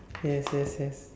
yes yes yes